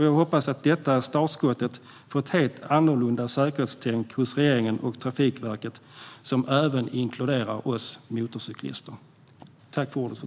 Jag hoppas att detta är startskottet för ett helt annorlunda säkerhetstänk hos regeringen och Trafikverket som även inkluderar oss motorcyklister.